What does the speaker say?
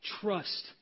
trust